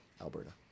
Alberta